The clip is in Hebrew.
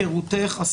מהיכרותך,